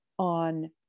on